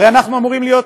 הרי אנחנו אמורים להיות,